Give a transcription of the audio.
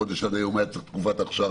עד היום הוא היה צריך 12 חודשים תקופת אכשרה